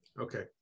okay